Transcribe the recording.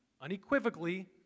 unequivocally